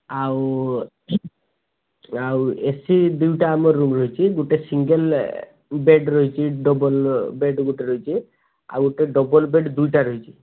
ଆଉ ଆଉ ଏସି ଦୁଇଟା ଆମର ରୁମ୍ ରହିଛି ଗୋଟେ ସିଙ୍ଗଲ୍ ବେଡ଼୍ ରହିଛି ଡବଲ୍ ବେଡ଼୍ ଗୋଟେ ରହିଛି ଆଉ ଗୋଟେ ଡବଲ୍ ବେଡ଼୍ ଦୁଇଟା ରହିଛି